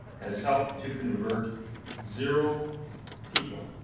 has helped to convert zero people